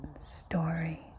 story